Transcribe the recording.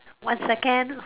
one second